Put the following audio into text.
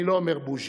אני לא אומר בוז'י.